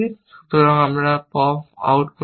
সুতরাং যখন আমি এটি পপ আউট করেছি